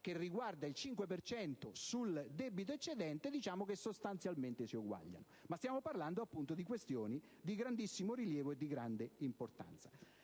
che riguarda il 5 per cento sul debito eccedente, sostanzialmente si equivalgono. Ma stiamo parlando di questioni di grandissimo rilievo e di grande importanza.